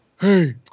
Hey